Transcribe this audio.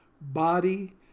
body